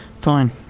Fine